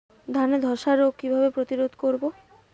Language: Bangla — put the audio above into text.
ধানে ধ্বসা রোগ কিভাবে প্রতিরোধ করব?